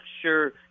sure